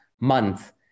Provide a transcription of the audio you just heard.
month